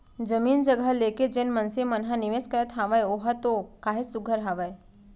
जमीन जघा लेके जेन मनसे मन ह निवेस करत हावय ओहा तो काहेच सुग्घर हावय